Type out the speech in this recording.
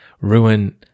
ruin